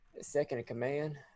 second-in-command